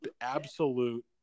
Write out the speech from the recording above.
absolute